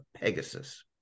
Pegasus